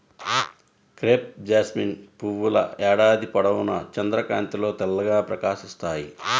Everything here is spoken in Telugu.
క్రేప్ జాస్మిన్ పువ్వుల ఏడాది పొడవునా చంద్రకాంతిలో తెల్లగా ప్రకాశిస్తాయి